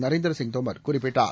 நரேந்திரசிங் தோமர் குறிப்பிட்டார்